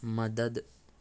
مدد